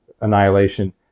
annihilation